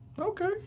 Okay